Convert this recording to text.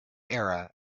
era